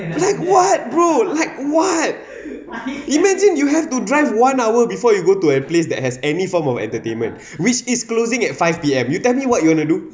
like what bro like what imagine you have to drive one hour before you go to a place that has any form of entertainment which is closing at five P_M you tell me what you wanna do